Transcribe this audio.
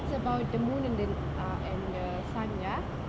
it's about the moon and the ah and the sun ya